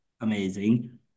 amazing